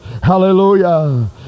Hallelujah